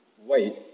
wait